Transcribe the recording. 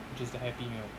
which is the happy meal